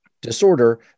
disorder